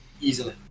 Easily